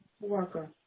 worker